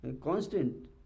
Constant